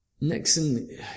Nixon